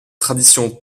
tradition